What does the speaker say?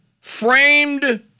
framed